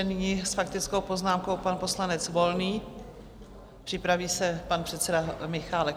Nyní s faktickou poznámkou pan poslanec Volný, připraví se pan předseda Michálek.